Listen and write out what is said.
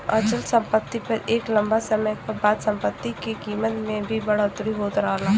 अचल सम्पति पर एक लम्बा समय क बाद सम्पति के कीमत में भी बढ़ोतरी होत रहला